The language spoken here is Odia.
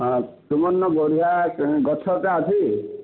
ହଁ ତୁମର୍ ନ ବଢ଼ିଆ ଗଛଟା ଅଛି